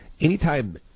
Anytime